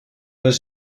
was